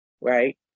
right